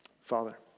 Father